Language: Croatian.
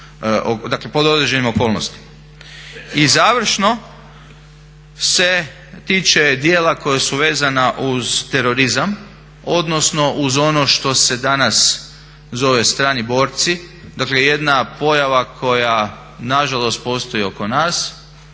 dakle pod određenim okolnostima. I završno se tiče djela koja su vezana uz terorizam, odnosno uz ono što se danas zove strani borci, dakle jedna pojava koja nažalost postoji oko nas.